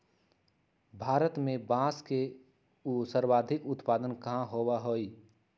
भारत में बांस के सर्वाधिक उत्पादन कहाँ होबा हई?